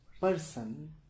person